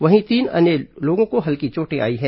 वहीं तीन अन्य लोगों को हल्की चोटें आई हैं